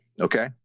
okay